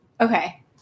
okay